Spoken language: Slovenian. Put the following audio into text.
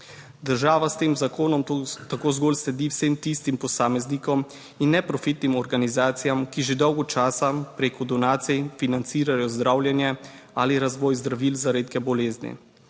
Država s tem zakonom tako zgolj sledi vsem tistim posameznikom in neprofitnim organizacijam, ki že dolgo časa preko donacij financirajo zdravljenje ali razvoj zdravil za redke bolezni.